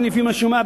לפי מה שאני שומע,